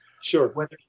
Sure